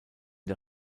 der